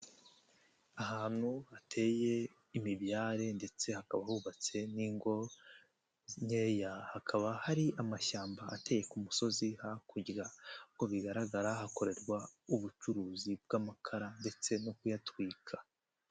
Ahantu hateye imibyare ndetse hakaba hubatse n'ingo nkeya hakaba hari amashyamba ateye ku musozi hakurya, uko bigaragara hakorerwa ubucuruzi bw'amakara ndetse no kuyatwika.